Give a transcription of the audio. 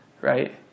right